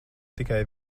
tikai